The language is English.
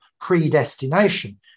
predestination